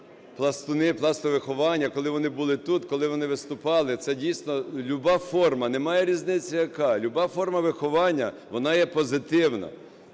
діти-пластуни, пластовиховання, коли вони були тут, коли вони виступали, це дійсно люба форма, немає різниці яка, люба форма виховання, вона є позитивна.